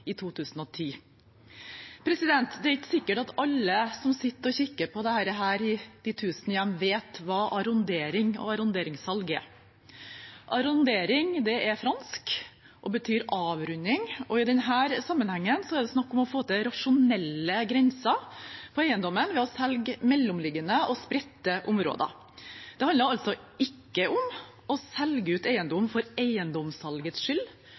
i 2010. Det er ikke sikkert at alle som sitter og kikker på dette i de tusen hjem, vet hva arrondering og arronderingssalg er. «Arrondering» er fransk og betyr avrunding. I denne sammenhengen er det snakk om å få til rasjonelle grenser på eiendommen ved å selge mellomliggende og spredte områder. Det handler altså ikke om å selge ut eiendom for eiendomssalgets skyld.